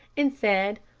and said,